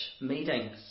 meetings